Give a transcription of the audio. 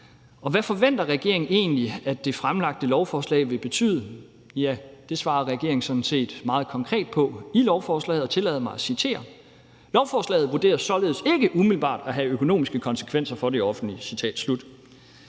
Hvad forventer regeringen egentlig at det fremsatte lovforslag vil betyde? Ja, det svarer regeringen sådan set meget konkret på i lovforslaget, og tillad mig at citere: »Lovforslaget vurderes således ikke umiddelbart at have økonomiske konsekvenser for det offentlige.«